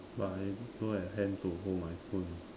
but I don't have hand to hold my phone